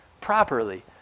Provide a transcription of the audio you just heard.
properly